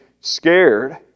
scared